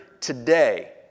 today